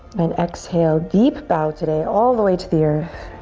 and exhale, deep bow today, all the way to the earth.